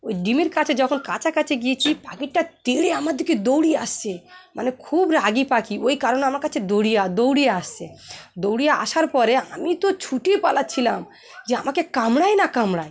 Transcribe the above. ওই ডিমের কাছে যখন কাছাকাছি গিয়েছি পাখিটা তেড়ে আমার দিকে দৌড়িয়ে আসছে মানে খুব রাগি পাখি ওই কারণে আমার কাছে দৌড়িয় দৌড়িয়ে আসছে দৌড়িয়ে আসার পরে আমি তো ছুটে পালাচ্ছিলাম যে আমাকে কামড়ায় না কামড়ায়